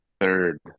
third